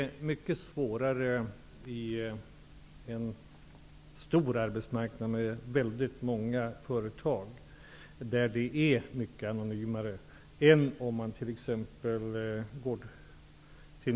Det har tidigare påpekats att man nu inte utnyttjar den möjligheten.